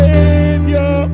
Savior